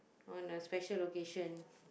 on a special location